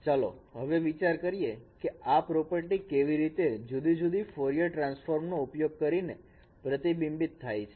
ચાલો હવે વિચાર કરીએ કે આ પ્રોપર્ટી કેવી રીતે જુદી જુદી ફોરયર ટ્રાન્સફોર્મ નો ઉપયોગ કરીને પ્રતિબિંબિત થાય છે